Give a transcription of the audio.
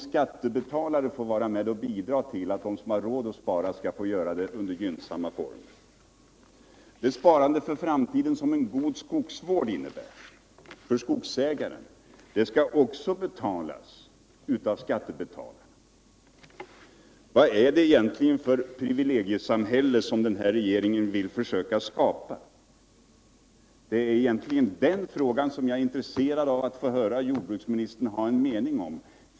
Skattebetalarna får vara med att bidra till att de som har råd att spara skall få göra det under gynnsamma former. Det sparande för framtiden som en god skogsvård innebär för skogsägaren skall också betalas av skattebetalarna. Vad är det egentligen för privilegiesamhälle som regeringen vill försöka skapa? Det är den frågan jag är intresserad av att höra jordbruksministerns mening om.